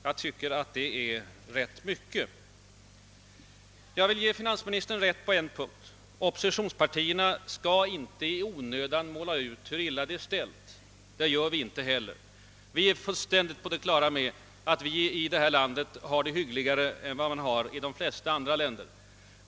Jag vill ge finansministern rätt på en punkt: oppositionspartierna skall inte i onödan måla ut hur illa det är ställt. Det gör vi inte heller. Vi är helt på det klara med att vi i vårt land har det hyggligare än vad man har i de flesta andra länder.